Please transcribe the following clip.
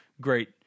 great